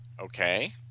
Okay